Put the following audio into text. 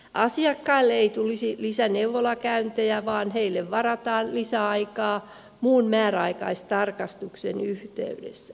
asiakkaille ei tulisi lisää neuvolakäyntejä vaan heille varataan lisäaikaa muun määräaikaistarkastuksen yhteydessä